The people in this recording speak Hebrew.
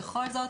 בכל זאת